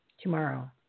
tomorrow